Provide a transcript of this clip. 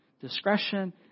discretion